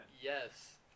Yes